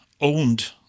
owned